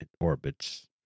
orbits